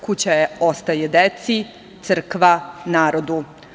Kuća ostaje deci, crkva narodu.